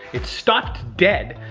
it stopped dead,